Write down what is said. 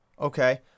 Okay